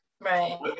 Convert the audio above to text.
right